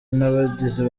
n’abagizi